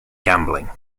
gambling